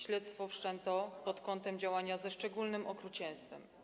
Śledztwo wszczęto pod kątem działania ze szczególnym okrucieństwem.